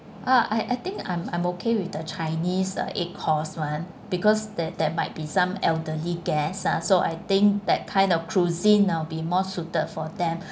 uh I I think I'm I'm okay with the chinese eight course [one] because there there might be some elderly guest ah so I think that kind of cuisine would be more suited for them